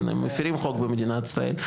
הם מפרים חוק במדינת ישראל.